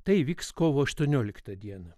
tai įvyks kovo aštuonioliktą dieną